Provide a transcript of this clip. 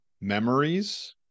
Memories